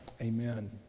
amen